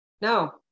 no